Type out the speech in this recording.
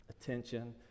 attention